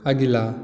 अगिला